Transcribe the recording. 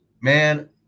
Man